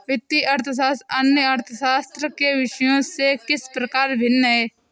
वित्तीय अर्थशास्त्र अन्य अर्थशास्त्र के विषयों से किस प्रकार भिन्न है?